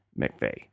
McVeigh